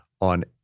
on